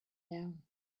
down